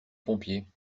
pompiers